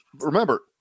remember